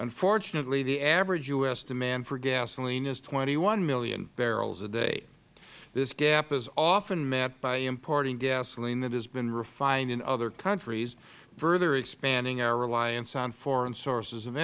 unfortunately the average u s demand for gasoline is twenty one million barrels a day this gap is often met by importing gasoline that has been refined in other countries further expanding our reliance on foreign sources of